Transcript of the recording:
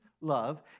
love